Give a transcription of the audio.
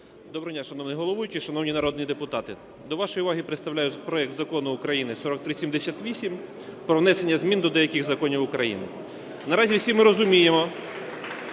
Доброго дня, шановний головуючий, шановні народні депутати! До вашої уваги представляю проект Закону України 4378 про внесення змін до деяких законів України. Наразі всі ми розуміємо,